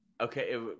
Okay